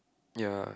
ya